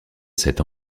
cet